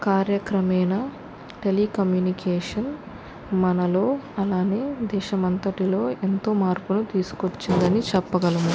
కార్యక్రమేణా telecommunication మనలో అలానే దేశమంతటిలో ఎంతో మార్పులు తీసుక వచ్చిందని చెప్పగలము